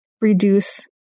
reduce